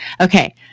Okay